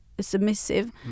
submissive